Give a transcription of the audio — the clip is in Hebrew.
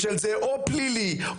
או פלילי,